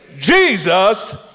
Jesus